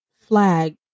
flag